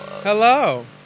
Hello